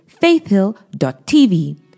faithhill.tv